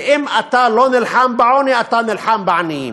ואם אתה לא נלחם בעוני, אתה נלחם בעניים.